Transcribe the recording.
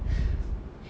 hmm